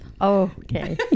Okay